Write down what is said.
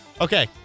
Okay